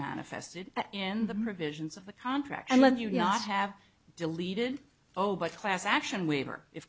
manifested in the provisions of the contract and let you not have deleted oh but class action waiver if